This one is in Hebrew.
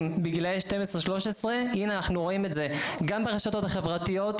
בגילאי 12-13 הנה אנחנו רואים את זה גם ברשתות החברתיות,